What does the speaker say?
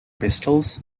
pistols